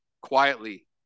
quietly